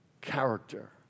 character